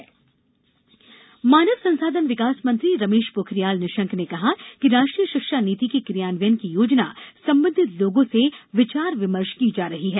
शिक्षानीति मानव संसाधन विकास मंत्री रमेश पोखरियाल निशंक ने कहा कि राष्ट्रीय शिक्षा नीति के क्रियान्वयन की योजना संबंधित लोगों से विचार विमर्श की जा रही है